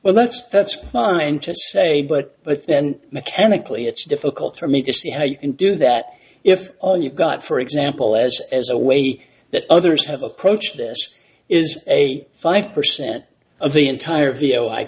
well that's that's fine to say but but then mechanically it's difficult for me to see how you can do that if all you've got for example as as a way that others have approached this is a five percent of the entire v